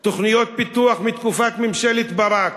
תוכניות פיתוח מתקופת ממשלת ברק,